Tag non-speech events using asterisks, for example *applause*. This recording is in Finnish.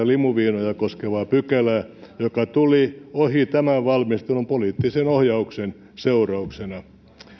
*unintelligible* limuviinoja koskevaa pykälää joka tuli ohi valmistelun poliittisen ohjauksen seurauksena